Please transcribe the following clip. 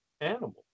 animals